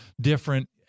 different